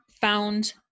found